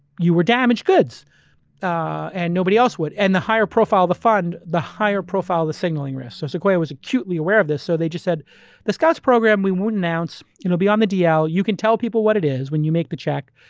you were damaged goods and nobody else would. and the higher profile the fund, the higher profile the signalling risk. so sequoia was acutely aware of this. so they just said the scout's program we would announce, it will be on the dl, you can tell people what it is when you make the check,